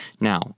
Now